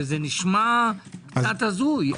זה נשמע הזוי קצת.